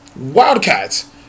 Wildcats